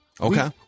Okay